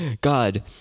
God